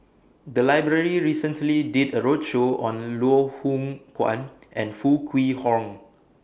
The Library recently did A roadshow on Loh Hoong Kwan and Foo Kwee Horng